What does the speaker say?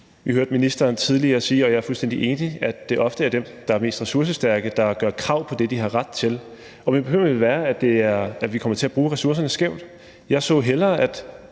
Vi hørte ministeren tidligere sige, og jeg er fuldstændig enig, at det ofte er dem, der er mest ressourcestærke, der gør krav på det, de har ret til, og min bekymring vil være, at vi kommer til at bruge ressourcerne skævt. Jeg så hellere, at